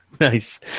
Nice